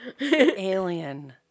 Alien